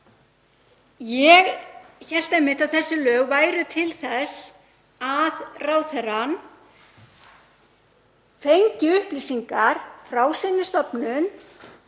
Ég hélt einmitt að þessi lög væru til þess að ráðherrann fengi upplýsingar frá sinni stofnun